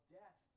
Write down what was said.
death